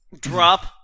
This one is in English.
Drop